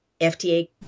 FDA